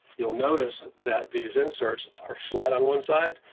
you'll notice that these inserts are flat on one side,